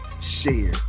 share